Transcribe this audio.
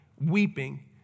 weeping